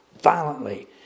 violently